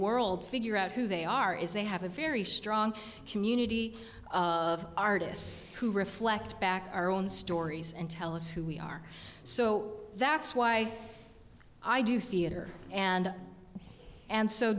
world figure out who they are is they have a very strong community of artists who reflect back our own stories and tell us who we are so that's why i do theatre and and so